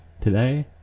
today